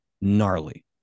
gnarly